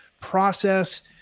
process